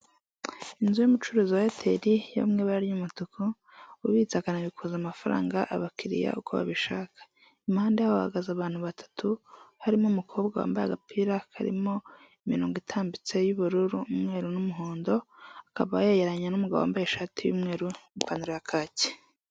Inzu y'umucuruzi wa eyateli ibara ry'umutuku ubitsa akanabikoza amafaranga abakiriya uko babishaka, impande hahagaze abantu batatu barimo umukobwa wambaye agapira karimo imirongo itambitse y'ubururu, umweru n'umuhondo akaba yegeranyen'umugabo wambaye ishati y'umweru n'ipantaro ya kaki.